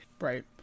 right